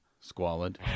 Squalid